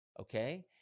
Okay